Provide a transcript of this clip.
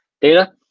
data